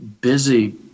busy